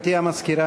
במלאות 20 שנה